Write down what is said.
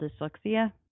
dyslexia